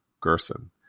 Gerson